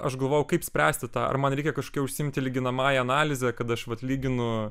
aš galvojau kaip spręsti tą ar man reikia kažkia užsiimti lyginamąja analize kad aš vat lyginu